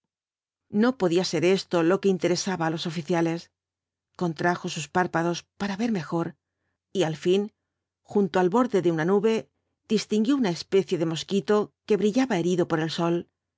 no podía ser esto lo que interesaba á los oficiales contrajo sus párpados para ver mejor y al fin junto al borde de una nube distinguió una especie de mosquito que brillaba herido por el sol